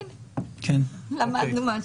הינה, למדנו משהו.